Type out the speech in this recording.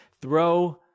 throw